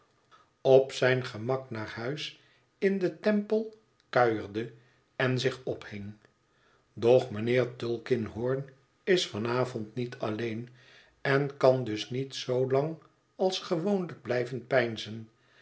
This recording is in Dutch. op zijn gemak naar huis in den temple kuierde en zich ophing doch mijnheer tulkinghorn is van avond niet alleen en kan dus niet zoolang als gewoonlijk blijven